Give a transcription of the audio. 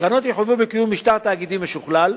הקרנות יחויבו בקיום משטר תאגידי משוכלל,